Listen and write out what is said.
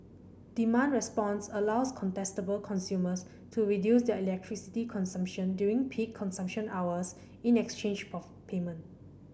demand response allows contestable consumers to reduce their electricity consumption during peak consumption hours in exchange for payment